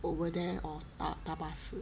over there or 搭搭巴士